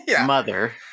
Mother